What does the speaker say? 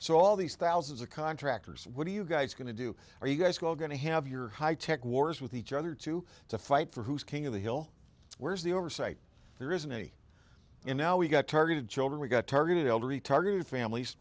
so all these thousands of contractors what are you guys going to do are you guys go going to have your high tech wars with each other to to fight for who's king of the hill where's the oversight there isn't any and now we've got targeted children we've got targeted elderly targeted families